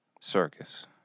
Circus